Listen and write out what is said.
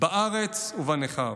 בארץ ובנכר.